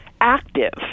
active